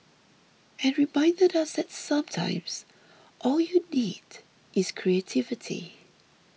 and reminded us that sometimes all you need is creativity